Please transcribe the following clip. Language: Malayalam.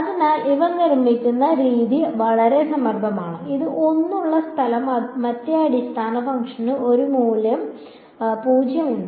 അതിനാൽ ഇവ നിർമ്മിക്കുന്ന രീതി വളരെ സമർത്ഥമാണ് ഇത് 1 ഉള്ള സ്ഥലം മറ്റേ അടിസ്ഥാന ഫംഗ്ഷന് ഒരു മൂല്യം 0 ഉണ്ട്